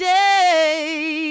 day